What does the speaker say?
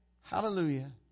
Hallelujah